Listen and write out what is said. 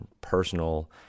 personal